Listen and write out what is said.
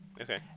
Okay